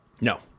no